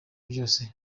byose